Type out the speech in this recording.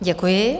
Děkuji.